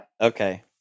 Okay